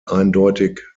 eindeutig